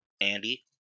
Andy